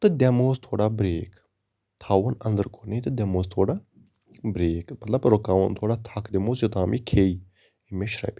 تہٕ دِمہِ ہوس تھوڑا بریک تھاوٕ ہوٚن أندر کُنے تہٕ دمہٕ ہوس تھوڑا بریک مَطلَب رُکاو ہوٚن تھوڑا تھکھ دِمہٕ ہوس یوتام یہِ کھیٚیہِ أمِس شرۄپہِ